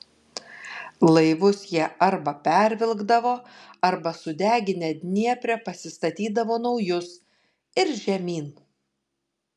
laivus jie arba pervilkdavo arba sudeginę dniepre pasistatydavo naujus ir žemyn